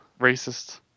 Racist